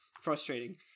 frustrating